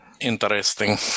Interesting